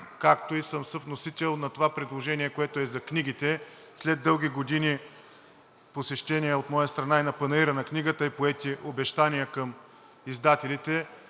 както и съм съвносител на това предложение, което е за книгите. След дълги години посещения от моя страна на Панаира на книгата и поети обещания към издателите,